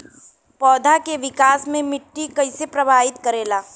पौधा के विकास मे मिट्टी कइसे प्रभावित करेला?